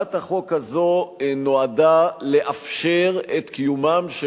הצעת החוק הזאת נועדה לאפשר את קיומם של